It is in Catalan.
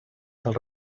del